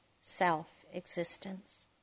self-existence